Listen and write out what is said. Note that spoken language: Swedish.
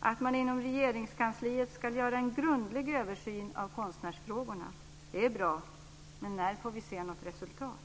att man inom Regeringskansliet ska göra en grundlig översyn av konstnärsfrågorna. Det är bra, men när får vi se något resultat?